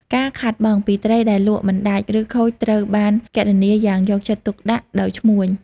ការខាតបង់ ពីត្រីដែលលក់មិនដាច់ឬខូចត្រូវបានគណនាយ៉ាងយកចិត្តទុកដាក់ដោយឈ្មួញ។